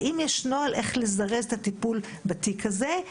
האם יש נוהל איך לזרז את הטיפול בתיק הזה.